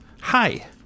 hi